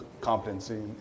competency